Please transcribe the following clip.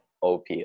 OP